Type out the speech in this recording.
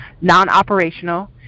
non-operational